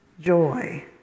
joy